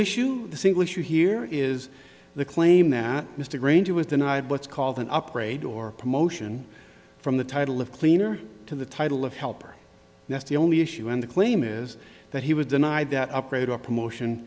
issue the single issue here is the claim that mr granger was denied what's called an upgrade or promotion from the title of cleaner to the title of helper that's the only issue on the claim is that he was denied that upgrade or promotion